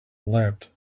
leapt